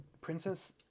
Princess